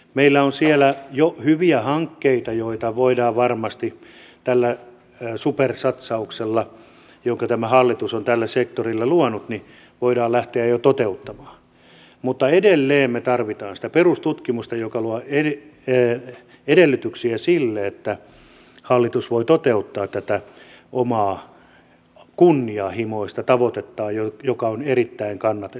meillä on siellä jo hyviä hankkeita joita voidaan varmasti tällä supersatsauksella jonka tämä hallitus on tälle sektorille luonut lähteä jo toteuttamaan mutta edelleen me tarvitsemme sitä perustutkimusta joka luo edellytyksiä sille että hallitus voi toteuttaa tätä omaa kunnianhimoista tavoitettaan joka on erittäin kannatettava